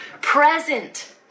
Present